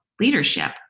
leadership